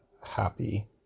happy